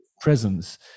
presence